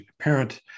apparent